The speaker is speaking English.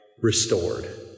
restored